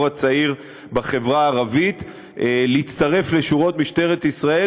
הצעיר בחברה הערבית להצטרף לשורות משטרת ישראל,